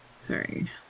Sorry